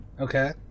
Okay